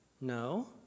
No